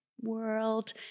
world